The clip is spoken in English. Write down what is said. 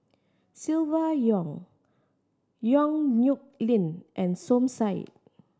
Silvia Yong Yong Nyuk Lin and Som Said